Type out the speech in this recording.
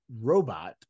robot